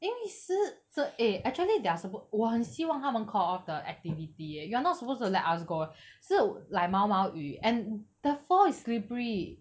因为湿这 eh actually their supposed 我很希望他们 call off the activity eh you're not supposed to let us go 是 like 毛毛雨 and the floor is slippery